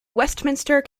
westminster